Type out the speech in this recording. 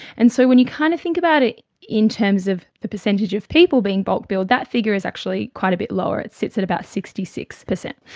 and so when you kind of think about it in terms of the percentage of people being bulk billed, that figure is actually quite a bit lower, it sits at about sixty six percent.